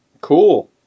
Cool